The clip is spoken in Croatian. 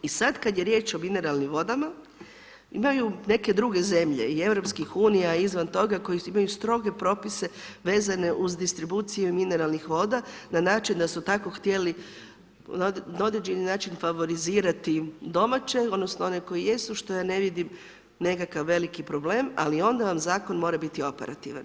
I sad kad je riječ o mineralnim vodama, imaju neke druge zemlje i EU-a i izvan toga koje imaju stroge propise vezane uz distribuciju mineralnih voda na način da su tako htjeli na određeni način favorizirati domaće odnosno one koji jesu što ja ne vidim nekakav veliki problem ali onda vam zakon mora biti operativan.